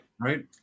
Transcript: Right